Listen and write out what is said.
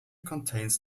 contains